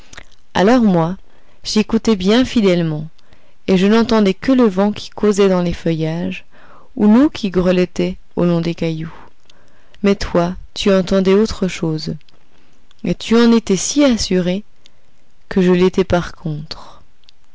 alors moi j'écoutais bien fidèlement et je n'entendais que le vent qui causait dans les feuillages ou l'eau qui grelottait au long des cailloux mais toi tu entendais autre chose et tu en étais si assuré que je l'étais par contre